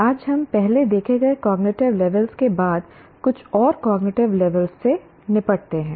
आज हम पहले देखे गए कॉग्निटिव लेवल के बाद कुछ और कॉग्निटिव लेवल से निपटते हैं